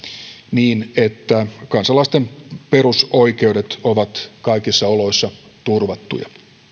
niin että kansalaisten perusoikeudet ovat kaikissa oloissa turvattuja